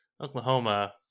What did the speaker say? Oklahoma